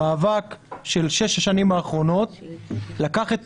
המאבק של שש השנים האחרונות לקח את